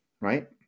right